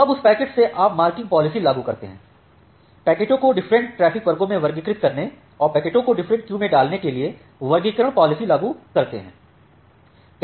अब उस पैकेट्स से आप मार्किंग पॉलिसी लागू करते हैं पैकेटों को डिफरेंट ट्रैफिक वर्गों में वर्गीकृत करने और पैकेटों को डिफरेंट क्यू में डालने के लिए वर्गीकरण पॉलिसी लागू करते हैं